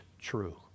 true